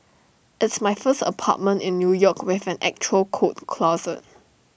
it's my first apartment in new york with an actual coat closet